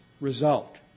result